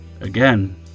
Again